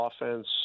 offense